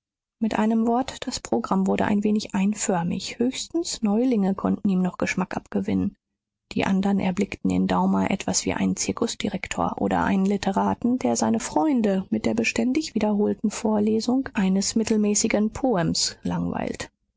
mit einem wort das programm wurde ein wenig einförmig höchstens neulinge konnten ihm noch geschmack abgewinnen die andern erblickten in daumer etwas wie einen zirkusdirektor oder einen literaten der seine freunde mit der beständig wiederholten vorlesung eines mittelmäßigen poems langweilt